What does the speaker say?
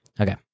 Okay